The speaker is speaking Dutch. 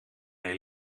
hij